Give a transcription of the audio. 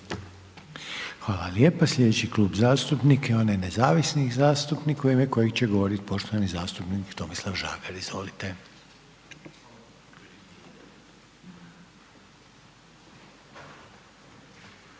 Hvala lijepa. Sljedeći Klub zastupnika je onaj Nezavisnih zastupnika u ime kojeg će govoriti poštovani zastupnik Tomislav Žagar. Izvolite. **Žagar,